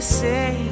say